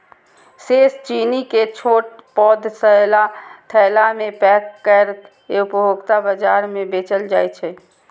शेष चीनी कें छोट पैघ थैला मे पैक कैर के उपभोक्ता बाजार मे बेचल जाइ छै